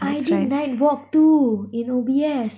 I did night walk too in O_B_S